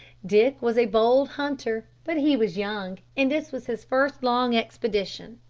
dick was a bold hunter, but he was young, and this was his first long expedition.